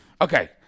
Okay